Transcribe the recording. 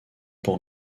pour